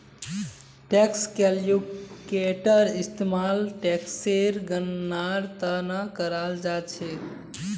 tax calculator इस्तेमाल टेक्सेर गणनार त न कराल जा छेक